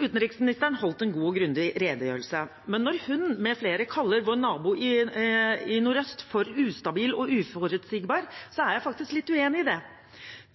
Utenriksministeren holdt en god og grundig redegjørelse, men når hun med flere kaller vår nabo i nordøst for ustabil og uforutsigbar, er jeg faktisk litt uenig i det.